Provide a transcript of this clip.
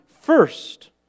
first